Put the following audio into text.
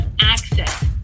access